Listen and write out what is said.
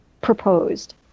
proposed